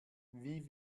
wie